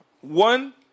one